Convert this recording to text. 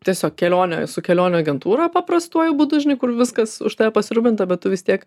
tiesiog kelionę su kelionių agentūra paprastuoju būdu žinai kur viskas už tave pasirūpinta bet tu vis tiek